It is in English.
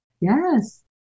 Yes